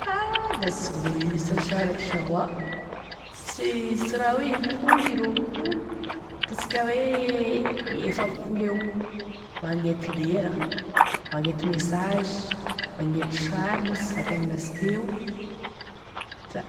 A da sy voaisa sanaky sa hoa sy sy raha hoe impolo i-roapolo ataosika hoe efa-polo eo, magnety lera, magnety message, magnety sary moa tsy zakaigny lasteo, da